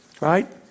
right